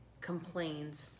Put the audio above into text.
complains